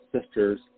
sisters